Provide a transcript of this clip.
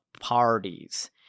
parties